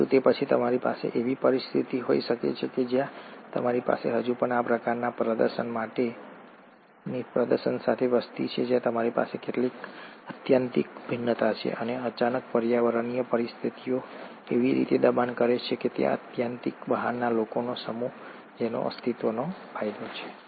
પરંતુ તે પછી તમારી પાસે એવી પરિસ્થિતિ હોઈ શકે છે કે જ્યાં તમારી પાસે હજુ પણ આ પ્રકારના પ્રદર્શન સાથે વસ્તી છે જ્યાં તમારી પાસે કેટલાક આત્યંતિક ભિન્નતા છે અને અચાનક પર્યાવરણીય પરિસ્થિતિઓ એવી રીતે દબાણ કરે છે કે તે આત્યંતિક બહારના લોકોનો સમૂહ છે જેનો અસ્તિત્વનો ફાયદો છે